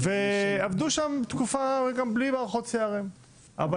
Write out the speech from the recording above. ועבדו שם תקופה גם בלי מערכות CRM. אבל